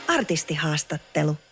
Artistihaastattelu